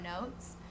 notes